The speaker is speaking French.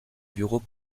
bureau